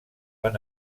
van